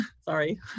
sorry